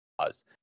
cause